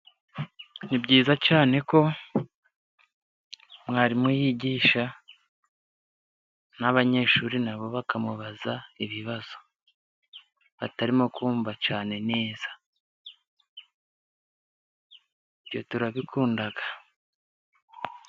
Ni byiza cyane ko mwarimu yigisha, n'abanyeshuri nabo bakamubaza ibibazo batarimo kumva cyane neza. Ibyo turabikunda.